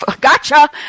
gotcha